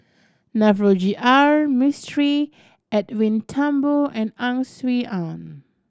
Navroji R Mistri Edwin Thumboo and Ang Swee Aun